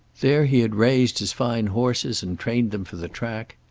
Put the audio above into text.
there he had raised his fine horses, and trained them for the track.